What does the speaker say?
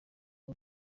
w’u